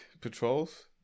patrols